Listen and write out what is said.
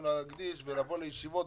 לבוא לישיבות,